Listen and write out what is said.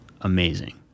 amazing